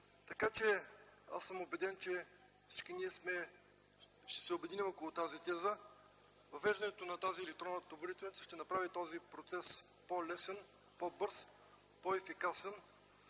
Аз съм убеден, че всички ще се обединим около тази теза. Въвеждането на електронната товарителница ще направи този процес по-лесен, по-бърз, по-ефикасен